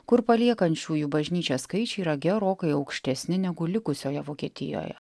kur paliekančiųjų bažnyčią skaičiai yra gerokai aukštesni negu likusioje vokietijoje